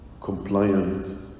compliant